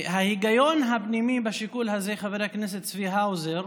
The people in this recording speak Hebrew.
ההיגיון הפנימי בשיקול הזה, חבר הכנסת צבי האוזר,